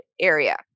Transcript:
area